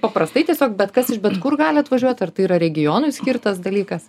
paprastai tiesiog bet kas iš bet kur gali atvažiuot ar tai yra regionui skirtas dalykas